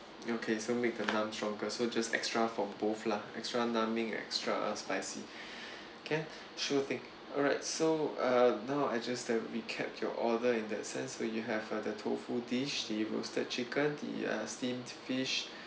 okay so make the numb strongest so just extra for both lah extra numbing and extra spicy can sure than~ alright so uh now I just that we cap your order in that sense where you have uh the tofu dish the roasted chicken the steamed fish